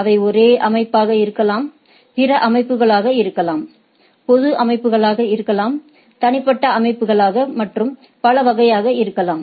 அவை ஒரே அமைப்பாக இருக்கலாம் பிற அமைப்புகளாக இருக்கலாம் பொது அமைப்புகளாக இருக்கலாம் தனிப்பட்ட அமைப்புகளாக மற்றும் பல வகையாக இருக்கலாம்